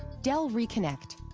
dell reconnect,